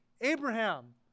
Abraham